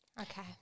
okay